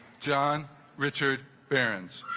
john richard barrens